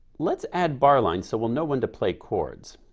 let's add bar lines so we'll know when to play chords.